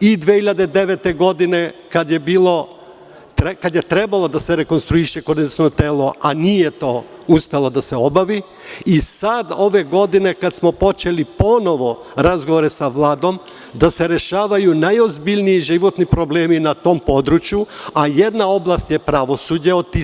Kada je 2009. godine trebalo da se rekonstruiše koordinaciono telo, a nije se to obavilo, i sada, ove godine, kada smo počeli ponovo razgovore sa Vladom, da se rešavaju najozbiljniji životni problemi na tom području, a jedna od tih